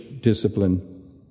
discipline